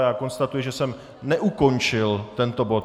Já konstatuji, že jsem neukončil tento bod.